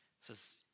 says